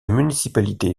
municipalité